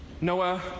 Noah